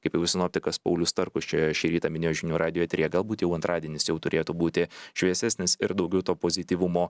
kaip jau sinoptikas paulius starkus čia šį rytą minėjo žinių radijo eteryje galbūt jau antradienis jau turėtų būti šviesesnis ir daugiau to pozityvumo